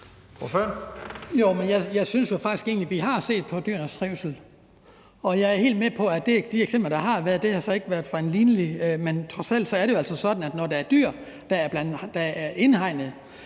egentlig, at vi har set på dyrenes trivsel. Jeg er helt med på, at de eksempler, der har været, så ikke har været sammenlignelige, men trods alt er det jo altså sådan, at når der er dyr, der er indhegnet,